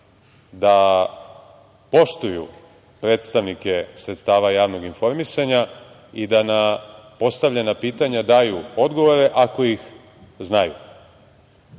da poštuju predstavnike sredstava javnog informisanja i da na postavljena pitanja daju odgovore ako ih